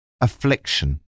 affliction